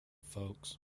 folks